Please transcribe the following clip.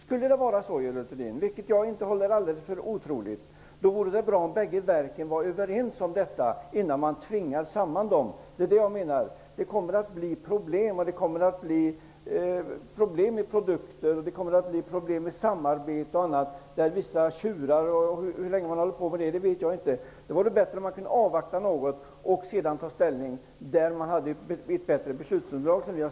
Skulle det vara så, vilket jag inte håller för alldeles otroligt, vore det bra om bägge verken var överens om detta innan man tvingar samman dem. Det kommer att bli problem med produkter. Det kommer också att bli problem med samarbete, där vissa kommer att tjura -- hur länge man håller på med det vet jag inte. Därför vore det bättre om man kunde avvakta något för att ta ställning när man får ett bättre beslutsunderlag.